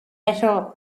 metal